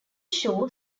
show